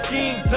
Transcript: King